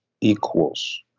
equals